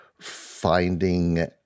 finding